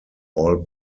all